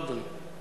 תפאדלו.